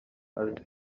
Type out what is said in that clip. aze